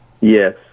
Yes